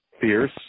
fierce